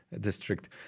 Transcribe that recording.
district